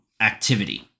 activity